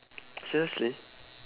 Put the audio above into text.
seriously